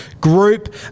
group